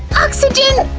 oxygen!